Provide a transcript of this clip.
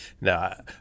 No